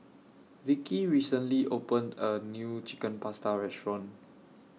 Vickie recently opened A New Chicken Pasta Restaurant